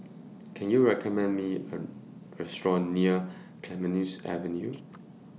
Can YOU recommend Me A Restaurant near Clemenceau Avenue